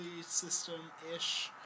system-ish